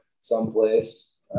someplace